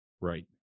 Right